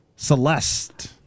Celeste